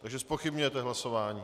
Takže zpochybňujete hlasování.